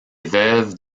veuves